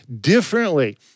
differently